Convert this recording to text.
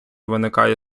виникає